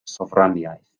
sofraniaeth